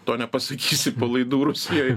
to nepasakysi po laidų rusijoj